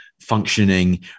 functioning